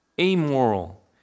amoral